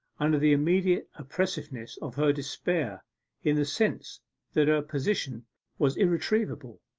under the immediate oppressiveness of her despair in the sense that her position was irretrievable.